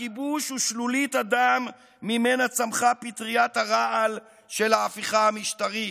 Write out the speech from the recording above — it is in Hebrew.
הכיבוש הוא שלולית הדם שממנה צמחה פטריית הרעל של ההפיכה המשטרית,